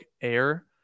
Air